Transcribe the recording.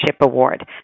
Award